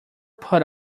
put